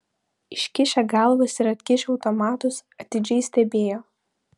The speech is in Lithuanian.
iškišę galvas ir atkišę automatus atidžiai stebėjo